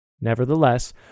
Nevertheless